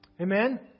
Amen